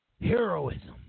heroism